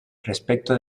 respecto